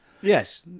Yes